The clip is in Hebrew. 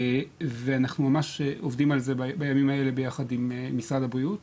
ואנחנו ממש עובדים על זה בימים האלה יחד עם משרד הבריאות.